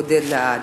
בודד לעד.